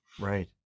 Right